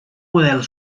model